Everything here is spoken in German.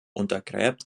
untergräbt